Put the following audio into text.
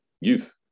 youth